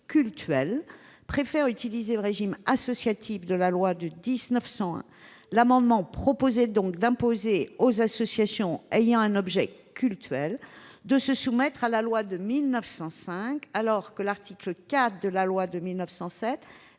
cultuelles préfèrent utiliser le régime associatif de la loi de 1901. L'amendement tendait donc à imposer aux associations ayant un objet cultuel de se soumettre à la loi de 1905, alors que l'article 4 de la loi de 1907